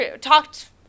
talked